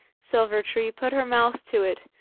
silver-tree put her mouth to it,